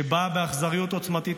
שבא באכזריות עוצמתית,